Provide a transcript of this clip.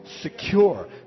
secure